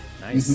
Nice